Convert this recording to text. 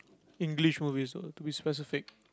English movies so to be specific